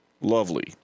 Lovely